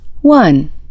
One